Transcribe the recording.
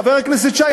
חבר הכנסת שי,